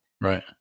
Right